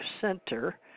Center